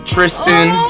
Tristan